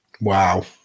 Wow